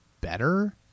better